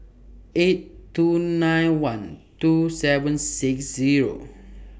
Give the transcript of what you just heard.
eight two nine one two seven six Zero